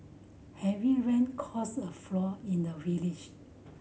heavy rain caused a flood in the village